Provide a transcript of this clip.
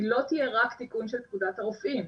היא לא תהיה רק תיקון של פקודת הרופאים,